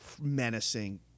menacing